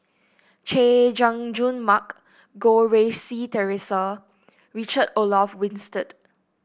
Chay Jung Jun Mark Goh Rui Si Theresa Richard Olaf Winstedt